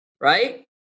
right